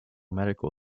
medical